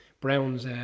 Browns